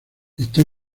está